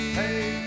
hey